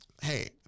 Hey